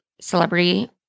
celebrity